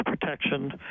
protection